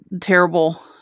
terrible